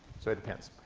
so it depends.